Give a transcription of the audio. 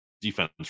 defense